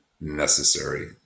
necessary